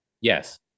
Yes